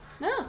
No